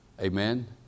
Amen